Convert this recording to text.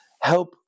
help